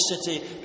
city